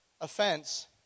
offense